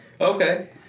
Okay